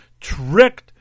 tricked